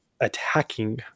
attacking